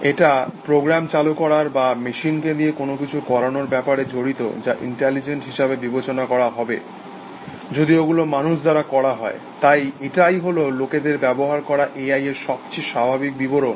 এটা প্রোগ্রাম চালু করার বা মেশিনকে দিয়ে কোনো কিছু করানোর ব্যাপারে জড়িত যা ইন্টেলিজেন্ট হিসাবে বিবেচনা করা হবে যদি ওগুলো মানুষ দ্বারা করা হয় তাই এটাই হল লোকেদের ব্যবহার করা এ আই এর সবচেয়ে স্বাভাবিক বিবরণ